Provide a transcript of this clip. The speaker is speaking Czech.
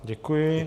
Děkuji.